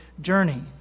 journey